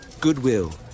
Goodwill